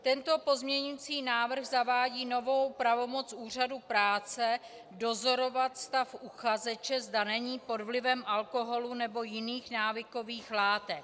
Tento pozměňovací návrh zavádí novou pravomoc úřadu práce dozorovat stav uchazeče, zda není pod vlivem alkoholu nebo jiných návykových látek.